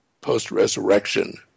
post-resurrection